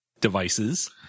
devices